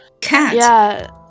Cat